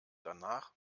danach